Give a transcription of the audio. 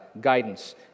guidance